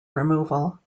removal